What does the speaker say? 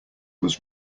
was